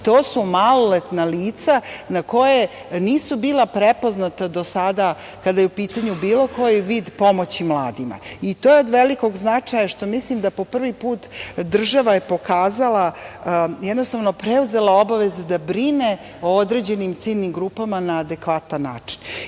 to su maloletna lica koja nisu bila prepoznata do sada kada je u pitanju bilo koji vid pomoći mladima. To je od velikog značaja što mislim da po prvi put država je pokazala, jednostavno preuzela obaveze da brine o određenim ciljnim grupama na adekvatan način. To